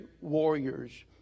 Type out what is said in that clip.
warriors